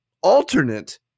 alternate